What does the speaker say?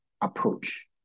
approach